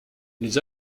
les